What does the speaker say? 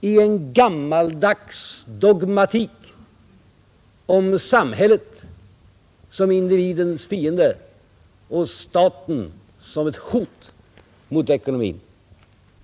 i en gammaldags dogmatik med samhället som individens fiende och staten som ett hot mot ekonomin.